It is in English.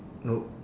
no